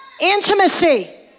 Intimacy